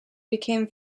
became